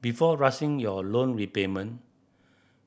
before rushing your loan repayment